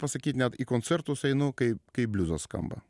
pasakyt net į koncertus einu kaip kai bliuzas skamba